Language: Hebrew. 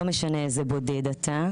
לא משנה איזה בודד אתה,